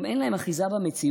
גם אין להם אחיזה במציאות,